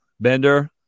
Bender